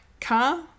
car